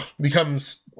Becomes